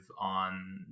on